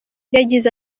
yagize